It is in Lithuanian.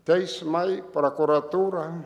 teismai prakuratūra